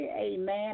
Amen